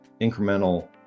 incremental